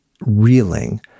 reeling